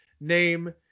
name